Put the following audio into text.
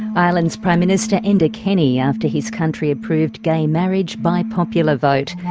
ireland's prime minister enda kenny, after his country approved gay marriage by popular vote.